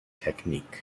technique